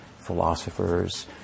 philosophers